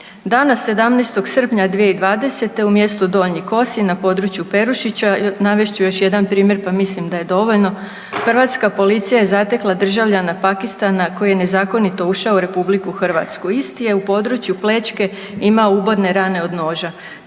Dana 17. srpnja 2020. u mjestu Donji Kosi na području Perušića, navest ću još jedan primjer pa mislim da je dovoljno, hrvatska policija je zatekla državljana Pakistana koji je nezakonito ušao u RH. Isti je u području plećke imao ubodne rane od noža